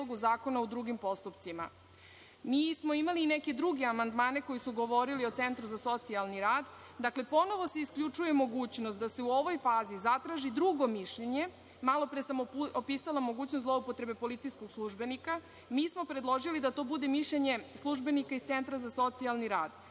u drugim postupcima. Mi smo imali neke druge amandmane koji su govorili o centru za socijalni rad. Dakle, ponovo se isključuje mogućnost da se u ovoj fazi zatraži drugo mišljenje. Malopre sam opisala mogućnost zloupotrebe policijskog službenika. Mi smo predložili da to bude mišljenje službenika iz centra za socijalni rad